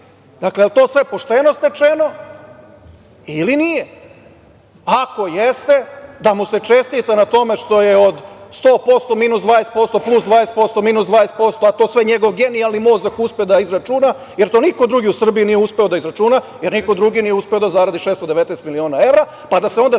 Dakle, jel to sve pošteno stečeno ili nije? Ako jeste, da mu se čestita na tome što je od 100% minus 20% plus 20% minus 20%, a to sve njegov genijalni mozak uspe da izračuna, jer to niko drugi u Srbiji nije uspeo da izračuna, jer niko drugi nije uspeo da zaradi 619 miliona evra, pa da se onda svi